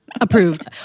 Approved